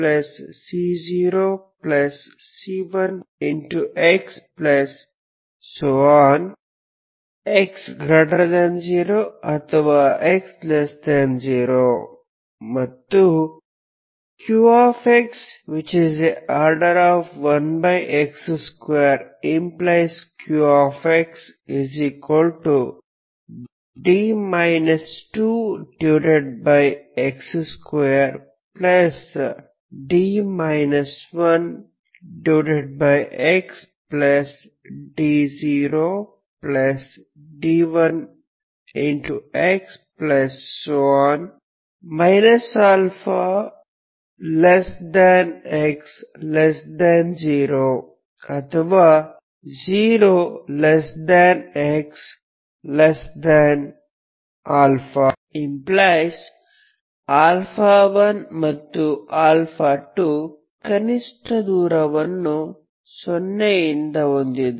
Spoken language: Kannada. pxO1x⟹pxc 1xc0c1x x0 ಅಥವಾ x0 ಮತ್ತು qxO1x2⟹qxd 2x2d 1xd0d1x αx0 ಅಥವಾ 0xα ⇛1 ಮತ್ತು 2 ಕನಿಷ್ಠ ದೂರವನ್ನು 0 ರಿಂದ ಹೊಂದಿದೆ